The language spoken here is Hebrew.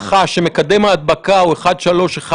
שההערכה שמקדם הדבקה הוא 1.3, 1.4,